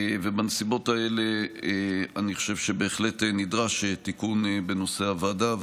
בנסיבות האלה אני חושב שבהחלט נדרש תיקון בנושא הוועדה.